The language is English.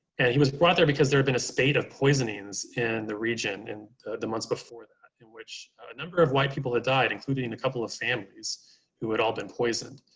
and he was brought there because there have been a spate of poisonings in the region in the months before that in which a number of white people had died, including and a couple of families who had all been poisoned.